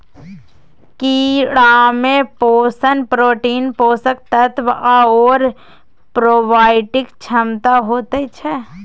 कीड़ामे पोषण प्रोटीन, पोषक तत्व आओर प्रोबायोटिक क्षमता होइत छै